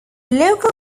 local